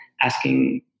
asking